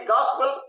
Gospel